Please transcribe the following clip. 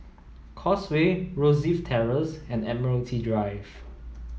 Causeway Rosyth Terrace and Admiralty Drive